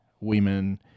women